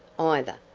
either,